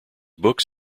books